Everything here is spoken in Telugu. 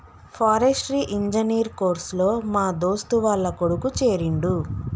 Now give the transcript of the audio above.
ఫారెస్ట్రీ ఇంజనీర్ కోర్స్ లో మా దోస్తు వాళ్ల కొడుకు చేరిండు